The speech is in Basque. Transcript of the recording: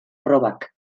probak